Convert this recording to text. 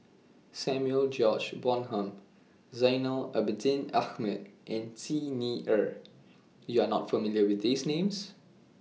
Samuel George Bonham Zainal Abidin Ahmad and Xi Ni Er YOU Are not familiar with These Names